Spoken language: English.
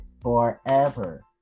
forever